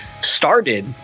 started